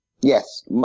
Yes